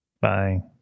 Bye